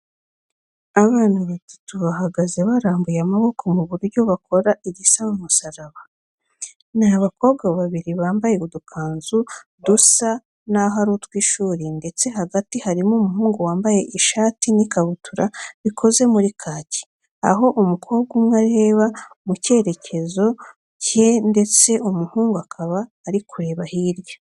Abana batatu bahagaze barambuye amaboko mu buryo bakora igisa n'umusaraba. Ni abakobwa babiri bambaye udukanzu dusa n'aho ari utw'ishuri ndetse hagati harimo umuhungu wambaye ishati n'ikabutura bikoze muri kaki aho umukobwa umwe areba mu kerekezo cye ndetse umuhungu akaba ari kureba hirya.